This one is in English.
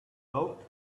doubt